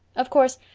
of course,